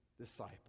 disciple